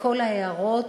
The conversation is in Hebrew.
לכל ההערות,